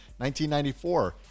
1994